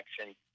action